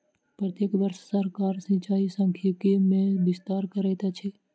प्रत्येक वर्ष सरकार सिचाई सांख्यिकी मे विस्तार करैत अछि